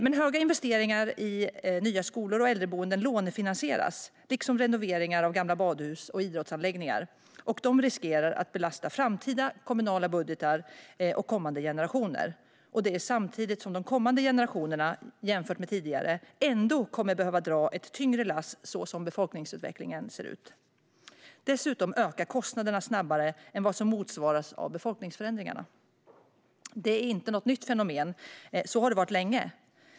De stora investeringarna i nya skolor och äldreboenden lånefinansieras dock, liksom renoveringar av gamla badhus och idrottsanläggningar. Och det riskerar att belasta framtida kommunala budgetar och kommande generationer. De kommande generationerna kommer också att behöva dra ett tyngre lass, jämfört med tidigare generationer, så som befolkningsutvecklingen ser ut. Dessutom ökar kostnaderna snabbare än befolkningsförändringarna. Det är inget nytt fenomen. Det har varit på det sättet länge.